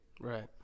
Right